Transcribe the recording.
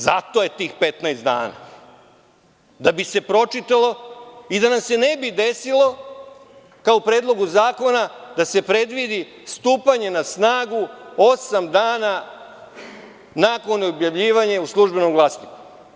Zato je tih 15 dana, da bi se pročitalo i da nam se ne bi desilo kao u predlogu zakona da se predvidi stupanje na snagu osam dana nakon objavljivanja u „Službenom glasniku“